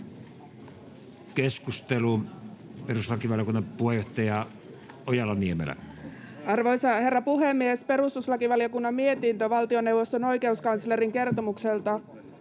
Keskustelu, perustuslakivaliokunnan puheenjohtaja Ojala-Niemelä. Arvoisa herra puhemies! Perustuslakivaliokunnan mietintö valtioneuvoston oikeuskanslerin kertomuksesta